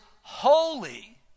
holy